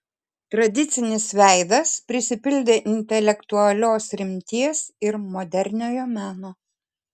tradicinis veidas prisipildė intelektualios rimties ir moderniojo meno